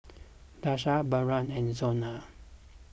Daisha Barron and Zona